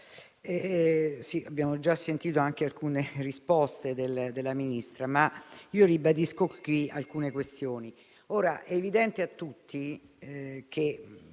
abbiamo già sentito anche alcune risposte del Ministro, ma io ribadisco qui alcune questioni. È evidente a tutti che